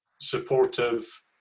supportive